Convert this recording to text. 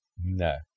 No